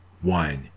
one